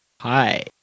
Hi